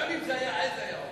גם אם זה היה עז, זה היה עובר.